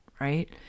right